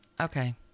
okay